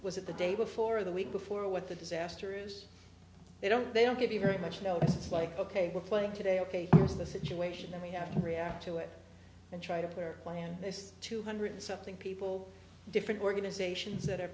was it the day before the week before what the disaster is they don't they don't give you very much notice it's like ok we're playing today ok here's the situation then we have to react to it and try to pare plan this two hundred something people different organizations that are